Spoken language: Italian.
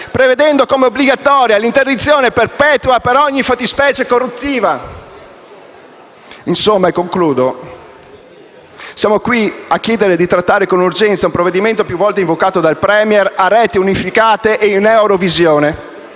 prevedendo come obbligatoria l'interdizione perpetua per ogni fattispecie corruttiva». In conclusione, noi siamo qui a chiedere di trattare con urgenza un provvedimento più volte invocato dal *Premier*, a reti unificate e in eurovisione,